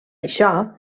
això